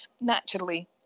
naturally